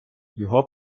його